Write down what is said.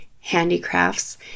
handicrafts